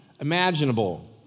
imaginable